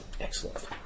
Excellent